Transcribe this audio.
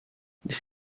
this